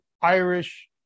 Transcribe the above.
Irish